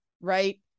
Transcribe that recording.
right